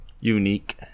unique